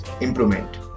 improvement